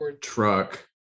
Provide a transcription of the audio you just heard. truck